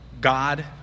God